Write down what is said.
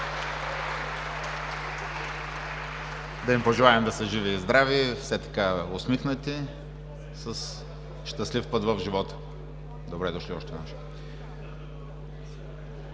Да им пожелаем да са живи и здрави и все така усмихнати с щастлив път в живота. Добре дошли, още веднъж!